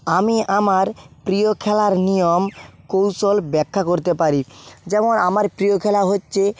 আমি আমার প্রিয় খেলার নিয়ম কৌশল ব্যাখ্যা করতে পারি যেমন আমার প্রিয় খেলা হচ্ছে